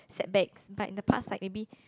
setbacks but in the past like maybe